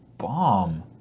Bomb